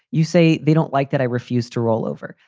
you say they don't like that i refuse to roll over.